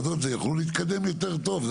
יוכלו להתקדם יותר טוב.